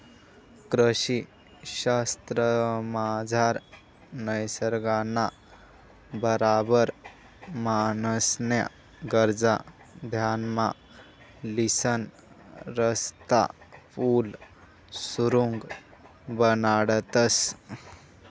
कृषी शास्त्रमझार निसर्गना बराबर माणूसन्या गरजा ध्यानमा लिसन रस्ता, पुल, सुरुंग बनाडतंस